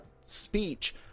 speech